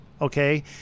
okay